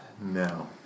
No